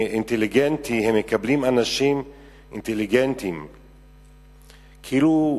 אינטליגנטי הם מקבלים אנשים אינטליגנטים כאילו,